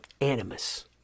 animus